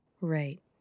Right